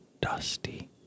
dusty